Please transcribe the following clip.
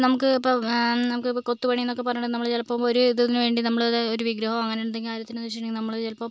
നമുക്ക് ഇപ്പം നമുക്കിപ്പം കൊത്തു പണിയെന്നൊക്കെ പറഞ്ഞിട്ട് നമ്മൾ ചിലപ്പം ഒരു ഇതിന് വേണ്ടി നമ്മൾ ഒരു വിഗ്രഹമോ അങ്ങനെ എന്തെങ്കിലും കാര്യത്തിനെന്ന് വെച്ചിട്ടുണ്ടെങ്കിൽ നമ്മൾ ചിലപ്പം